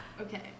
Okay